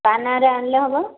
କାହା ନାଁ'ରେ ଆଣିଲେ ହେବ